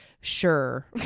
sure